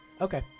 Okay